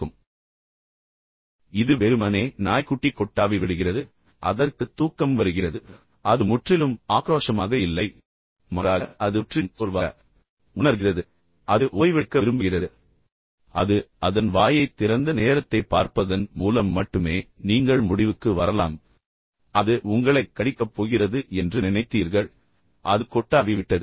இப்போது இது வெறுமனே நாய்க்குட்டி கொட்டாவி விடுகிறது அதற்கு தூக்கம் வருகிறது அது முற்றிலும் ஆக்ரோஷமாக இல்லை மாறாக அது முற்றிலும் சோர்வாக உணர்கிறது அது ஓய்வெடுக்க விரும்புகிறது எனவே அது அதன் வாயைத் திறந்த நேரத்தைப் பார்ப்பதன் மூலம் மட்டுமே நீங்கள் முடிவுக்கு வரலாம் பின்னர் அது உங்களைக் கடிக்கப் போகிறது என்று நினைத்தீர்கள் ஆனால் உண்மையில் அது கொட்டாவி விட்டது